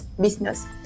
business